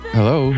Hello